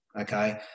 okay